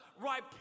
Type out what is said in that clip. right